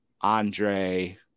Andre